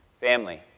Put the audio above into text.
Family